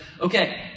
okay